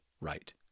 right